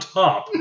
top